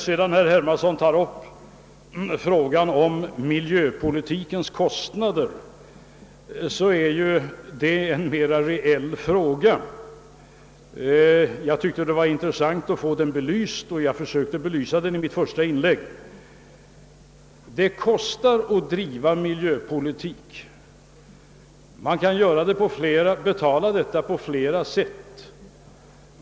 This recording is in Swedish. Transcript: Herr Hermansson tog sedan upp frågan om miljöpolitikens kostnader, vilket är en mera reell fråga. Jag tyckte det var intressant att få den belyst, och jag försökte belysa den i mitt första inlägg. Det kostar att driva miljöpolitik. Man kan betala det på flera sätt.